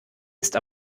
ist